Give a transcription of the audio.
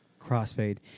Crossfade